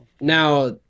now